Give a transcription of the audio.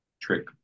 trick